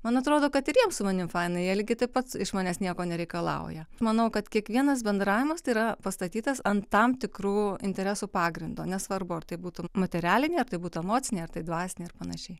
man atrodo kad ir jiem su manim faina jie lygiai taip pat iš manęs nieko nereikalauja manau kad kiekvienas bendravimas yra pastatytas ant tam tikrų interesų pagrindo nesvarbu ar tai būtų materialinė ar tai būtų emocinė ar tai dvasinė ar panašiai